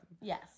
Yes